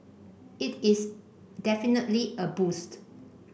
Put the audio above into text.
it is definitely a boost